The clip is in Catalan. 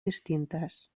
distintes